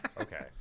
Okay